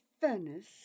furnace